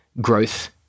growth